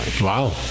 Wow